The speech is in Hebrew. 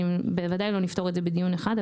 בוודאי לא נפתור את זה בדיון אחד,